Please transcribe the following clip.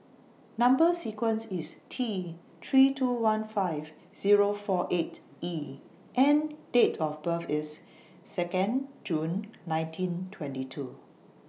Number sequence IS T three two one five Zero four eight E and Date of birth IS Second June nineteen twenty two